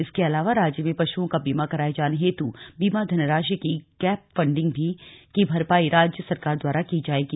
इसके अलावा राज्य में पशुओं का बीमा कराये जाने हेतु बीमा धनराशि की गैप फंडिंग की भरपाई राज्य सरकार द्वारा की जाएगी